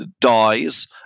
Dies